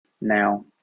now